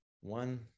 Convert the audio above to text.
one